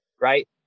right